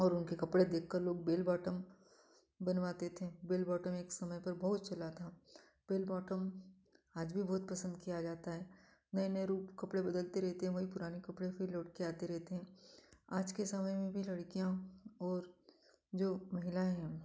और उनके कपड़े देखकर लोग बेल बॉटम बनवाते थे बेल बॉटम एक समय पर बहुत चला था बेल बॉटम आज भी बहुत पसंद किया जाता है नए नए रूप कपड़े बदलते रहते है वही पूराने कपड़े फ़िर लौट के आते रहते हैं आज के समय में भी लड़कियाँ और जो महिलाएँ हैं